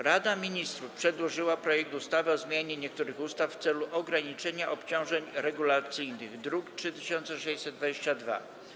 Rada Ministrów przedłożyła projekt ustawy o zmianie niektórych ustaw w celu ograniczenia obciążeń regulacyjnych, druk nr 3622.